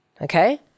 Okay